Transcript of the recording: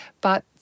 but-